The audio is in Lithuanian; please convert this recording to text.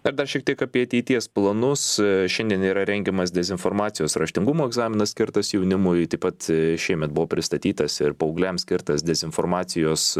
dar dar šiek tiek apie ateities planus šiandien yra rengiamas dezinformacijos raštingumo egzaminas skirtas jaunimui taip pat šiemet buvo pristatytas ir paaugliam skirtas dezinformacijos